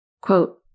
Quote